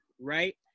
right